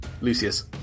Lucius